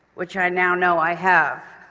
which i now know i have.